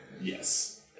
Yes